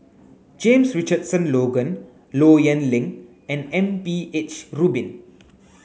James Richardson Logan Low Yen Ling and M B H Rubin